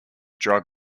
drug